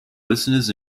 listeners